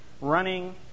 running